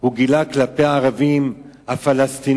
הוא גילה כלפי הערבים הפלסטינים,